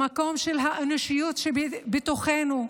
למקום של האנושיות שבתוכנו,